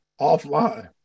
offline